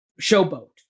showboat